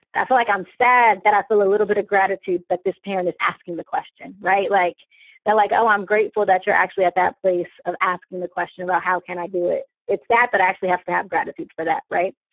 i feel like i'm sad that i feel a little bit of gratitude that this parent is asking the question. right. like like, oh, i'm grateful that you're actually at that place of asking the question about how can i do it? it's that that i actually have to have gratitude for that. right.